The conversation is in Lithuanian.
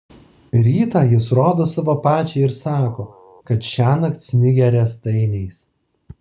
rytą jis rodo savo pačiai ir sako kad šiąnakt snigę riestainiais